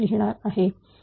लिहिणार आहे